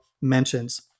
mentions